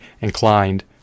inclined